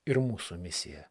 ir mūsų misija